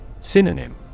Synonym